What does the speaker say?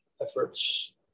efforts